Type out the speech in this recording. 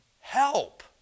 Help